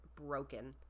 broken